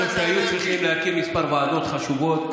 אני חושב שהיו צריכים להקים כמה ועדות חשובות,